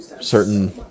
certain